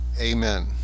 Amen